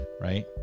right